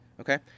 okay